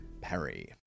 Perry